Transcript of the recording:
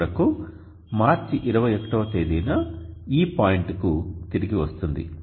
చివరకు మార్చి 21తేదీన ఈ పాయింట్ కు తిరిగి వస్తుంది